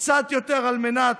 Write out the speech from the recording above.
קצת יותר על מנת